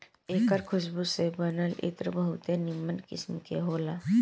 एकर खुशबू से बनल इत्र बहुते निमन किस्म के होला